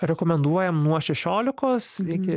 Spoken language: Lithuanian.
rekomenduojam nuo šešiolikos iki